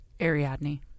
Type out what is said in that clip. Ariadne